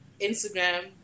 Instagram